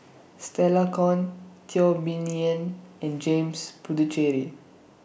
Stella Kon Teo Bee Yen and James Puthucheary